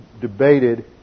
debated